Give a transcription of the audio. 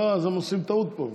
אז הם עושים טעות פה.